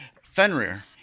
Fenrir